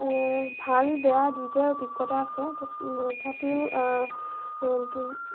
ভাল বেয়া দুয়োটাই অভিজ্ঞতা আছে ত তথাপিও